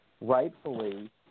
rightfully